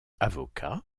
avocat